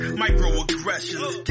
microaggressions